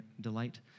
delight